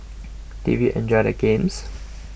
did we enjoy the games